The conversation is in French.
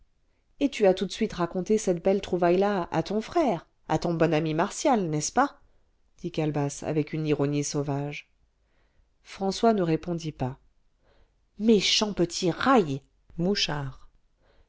et tu as tout de suite raconté cette belle trouvaille là à ton frère à ton bon ami martial n'est-ce pas dit calebasse avec une ironie sauvage françois ne répondit pas méchant petit raille